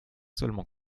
seulement